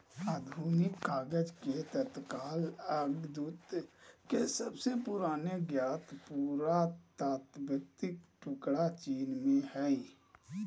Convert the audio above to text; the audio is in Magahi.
आधुनिक कागज के तत्काल अग्रदूत के सबसे पुराने ज्ञात पुरातात्विक टुकड़ा चीन में हइ